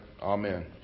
Amen